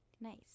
Nice